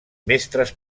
mestres